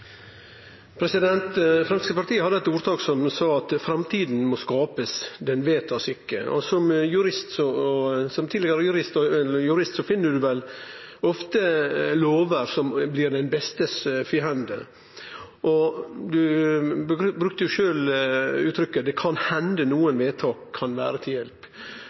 Framstegspartiet hadde eit ordtak som lydde: «Fremtiden skapes – den vedtas ikke!» Som jurist finn ein vel ofte lover som blir det bestes fiende. Representanten brukte sjølv uttrykket: Det kan hende nokre vedtak kan vere til hjelp.